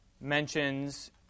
mentions